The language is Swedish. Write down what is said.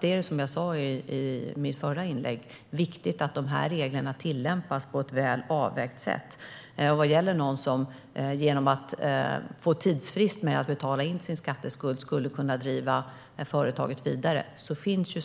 Men som jag sa i mitt förra inlägg är det viktigt att dessa regler tillämpas på ett väl avvägt sätt. I dagens lagstiftning finns möjlighet att få tidsfrist med att betala sin skatteskuld för att kunna driva företaget vidare. Det är givetvis